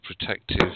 protective